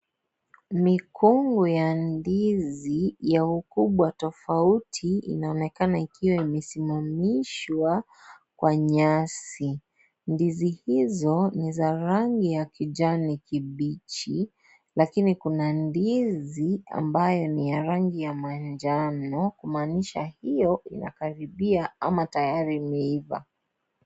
Mikungu ya ndizi ya ukubwa tofauti inaonekana ikiwa imesimamishwa Kwa nyasi, ndizi hizo ni za rangi ya kijani kibichi lakini kuna ndizi ambayo ni ya rangi ya manjano kumaanisha hiyo inakaribia ama tayari imeiva.